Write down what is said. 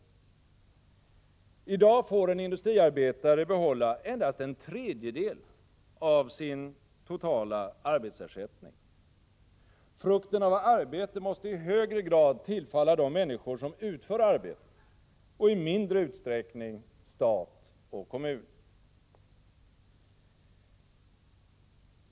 I dag får en industriar betare behålla endast en tredjedel av sin totala arbetsersättning. Frukten av arbete måste i högre grad tillfalla de människor som utför arbetet och i mindre utsträckning stat och kommun.